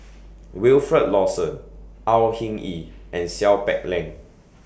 Wilfed Lawson Au Hing Yee and Seow Peck Leng